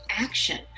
action